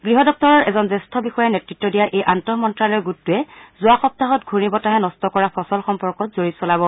গৃহ দপ্তৰৰ এজন জ্যেষ্ঠ বিষয়াই নেতৃত্ব দিয়া এই আন্তঃমন্ত্ৰ্যালয় গোটটোৱে যোৱা সপ্তাহত ঘূৰ্ণীবতাহে অনিষ্ট কৰা শস্য সম্পৰ্কত জৰীপ চলাব